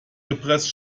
gepresst